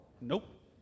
Nope